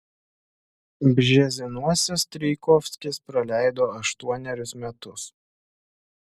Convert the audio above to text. bžezinuose strijkovskis praleido aštuonerius metus